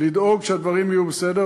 לדאוג שהדברים יהיו בסדר,